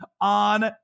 on